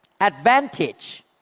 Advantage